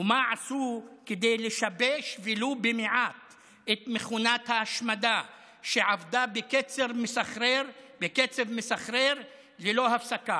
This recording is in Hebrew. ומה עשו כדי לשבש ולו במעט את מכונת ההשמדה שעבדה בקצב מסחרר ללא הפסקה?